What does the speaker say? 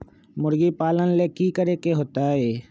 मुर्गी पालन ले कि करे के होतै?